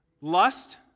Lust